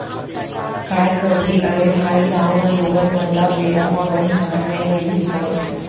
काय करही अरे भाई गॉंव म लोगन मन ल बेरा म बनिहार नइ मिलही त